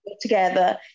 together